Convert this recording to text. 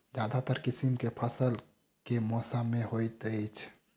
ज्यादातर किसिम केँ फसल केँ मौसम मे होइत अछि?